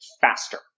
faster